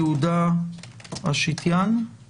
יו"ר איגוד רופאי בריאות